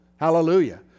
Hallelujah